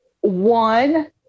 One